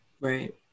Right